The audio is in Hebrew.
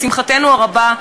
לשמחתנו הרבה,